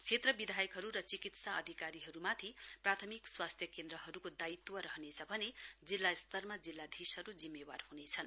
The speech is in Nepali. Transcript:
क्षेत्र विधायकहरू र चिकित्सा अधिकारीहरूमाथि प्राथमिक स्वास्थ्य केन्द्रहरूको दायित्व रहनेछ भने जिल्ला स्तरमा जिल्लाधीशहरू जिम्मेवार ह्नेछन्